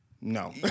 No